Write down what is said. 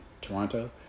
Toronto